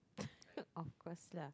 of course lah